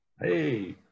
Hey